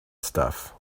stuff